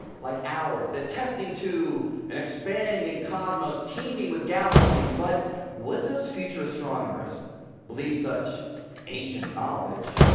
like ours, attesting to an expanding cosmos teeming with galaxies. but would those future astronomers believe such ancient knowledge?